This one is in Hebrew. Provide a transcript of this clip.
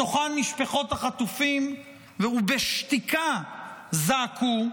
בתוכן משפחות החטופים, ובשתיקה זעקו,